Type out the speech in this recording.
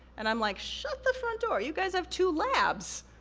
and i'm like, shut the front door, you guys have two labs.